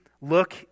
look